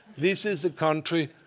this is a country